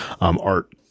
art